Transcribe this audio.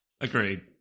Agreed